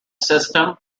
system